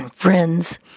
Friends